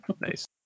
Nice